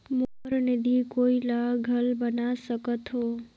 मोर निधि कोई ला घल बना सकत हो?